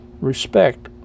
respect